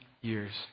years